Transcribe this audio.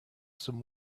some